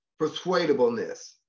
persuadableness